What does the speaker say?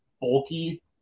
bulky